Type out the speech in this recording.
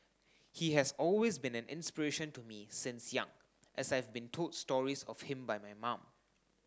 he has always been an inspiration to me since young as I've been told stories of him by my mum